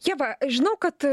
ieva žinau kad